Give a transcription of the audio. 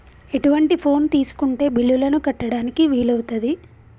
ఎటువంటి ఫోన్ తీసుకుంటే బిల్లులను కట్టడానికి వీలవుతది?